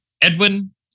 Edwin